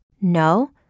No